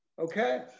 Okay